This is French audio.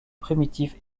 primitif